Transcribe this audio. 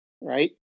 right